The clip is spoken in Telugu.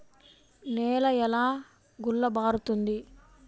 నేల ఎలా గుల్లబారుతుంది?